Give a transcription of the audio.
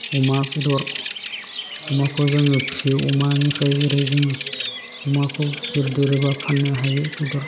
अमा बेदर अमाखौ जोङो फियो अमानिफ्राय जेरै जोङो अमाखौ गिदिर देरोबा फान्नो हायो